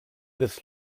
this